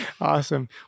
Awesome